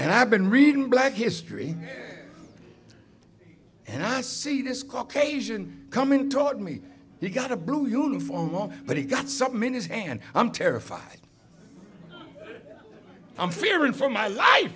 and i've been reading black history and i see this caucasian coming toward me you got a blue uniform but he got some in his hand i'm terrified i'm fearing for my life